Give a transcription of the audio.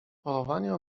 polowanie